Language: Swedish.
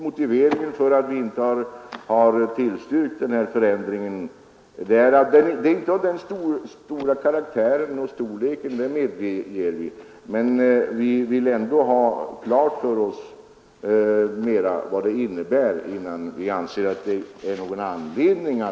Motiveringen till att vi inte tillstyrkt förslaget är inte att det är omfattande — det medger vi att det inte är — utan att vi vill ha klart för oss vad det innebär innan vi ändrar på förhållandena.